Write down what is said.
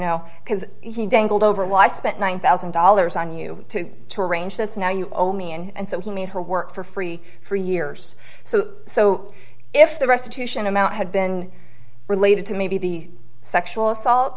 know because he dangled over a life spent one thousand dollars on you to arrange this now you owe me and so he made her work for free for years so so if the restitution amount had been related to maybe the sexual assault